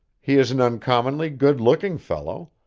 he is an uncommonly good-looking fellow,